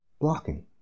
blocking